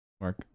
Mark